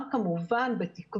נכון אדוני היו"ר, יש נתונים מדאיגים.